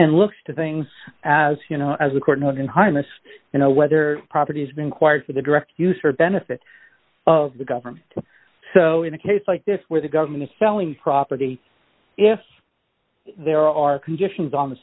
and looks to things as you know as a court and harness you know whether properties been quiet for the direct use or benefit of the government so in a case like this where the government is selling property if there are conditions on the